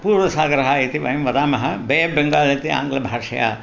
पूर्वसागरः इति वयं वदामः बे अप् बेङ्गाल् इति आङ्ग्लभाषायाम्